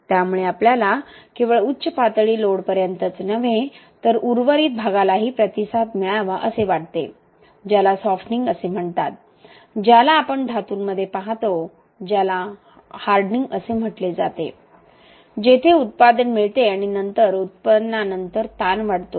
त्यामुळे आपल्याला केवळ उच्च पातळी लोडपर्यंतच नव्हे तर उर्वरित भागालाही प्रतिसाद मिळावा असे वाटते ज्याला सॉफ्टनिंग असे म्हणतात ज्याला आपण धातूंमध्ये पाहतो ज्याला हार्डनिंग असे म्हटले जाते जेथे उत्पादन मिळते आणि नंतर उत्पन्नानंतर ताण वाढतो